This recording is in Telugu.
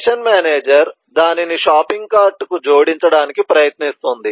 సెషన్ మేనేజర్ దానిని షాపింగ్ కార్ట్కు జోడించడానికి ప్రయత్నిస్తుంది